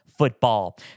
football